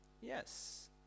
Yes